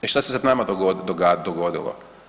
I što se sad nama dogodilo?